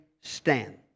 stand